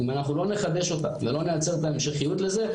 אם אנחנו לא נחדש אותה ולא נייצר את ההמשכיות לזה,